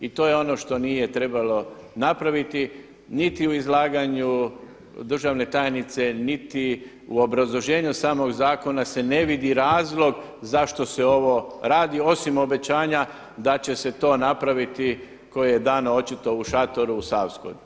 I to je ono što nije trebalo napraviti niti u izlaganju državne tajnice niti u obrazloženju samog zakona se ne vidi razlog zašto se ovo radi osim obećanja da će se to napraviti koje je dano očito u šatoru u Savskoj.